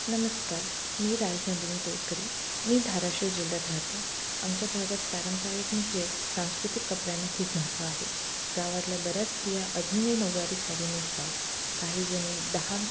नमस्कार मी राजनंदिनी तोडकरी मी धाराशिव जिल्ह्यात राहते आमच्या भागात पारंपारिक म्हणजेच सांस्कृतिक कपड्यांना खूप महत्त्व आहे गावातल्या बऱ्याच स्रिया अजुूनही नऊवारी साडी नेसतात काही जणी दहा